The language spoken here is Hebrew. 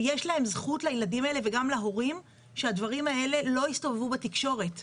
ויש להם זכות לילדים האלה וגם להורים שהדברים האלה לא יסתובבו בתקשורת.